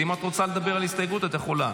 אם את רוצה לדבר על הסתייגות את יכולה.